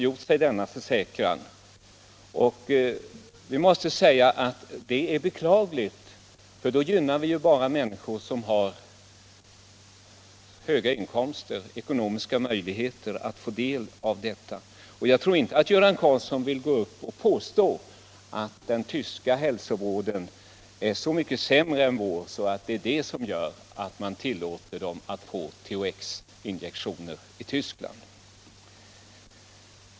Jag måste säga att det vore beklagligt om så sker, för då gynnar vi bara människor som har ekonomiska möjligheter att skaffa sig vad de vill ha. Jag tror inte att Göran Karlsson vill påstå att den tyska hälsovården är så mycket sämre än vår att det är detta som gör att man tillåter THX-injektioner i Tyskland.